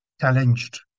challenged